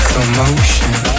Commotion